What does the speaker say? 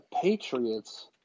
Patriots